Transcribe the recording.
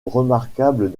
remarquables